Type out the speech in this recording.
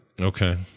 Okay